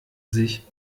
sich